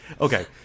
Okay